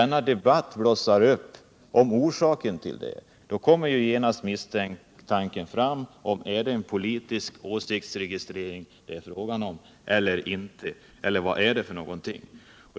När det blossar upp en debatt om orsaken till åtgärden väcks genast misstankar om att det är fråga om en politisk åsiktsregistrering. Och om så inte är fallet, undrar man vad det annars kan vara fråga om.